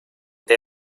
they